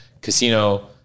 casino